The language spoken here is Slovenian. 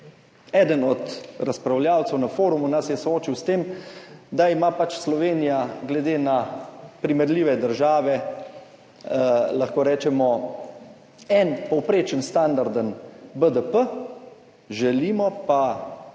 Eden od razpravljavcev na forumu nas je soočil s tem, da ima Slovenija glede na primerljive države, lahko rečemo, en povprečen, standarden BDP, želimo pa